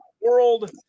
World